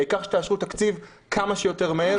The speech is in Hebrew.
העיקר שתאשרו תקציב כמה שיותר מהר.